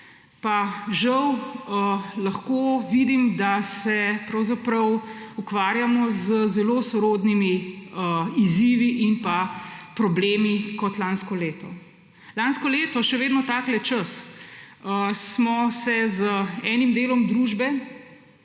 žal lahko vidim, da se ukvarjamo z zelo sorodnimi izzivi in pa problemi kot lansko leto. Lansko leto, še vedno tak čas, smo se z enim delom družbe,